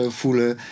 voelen